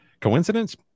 coincidence